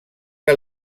que